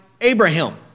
Abraham